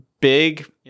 big